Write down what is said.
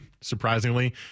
surprisingly